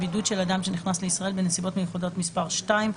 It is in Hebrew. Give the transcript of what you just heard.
(בידוד של אדם שנכנס לישראל בנסיבות מיוחדות) (מס' 2)